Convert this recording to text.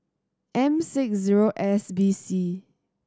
M six O S B C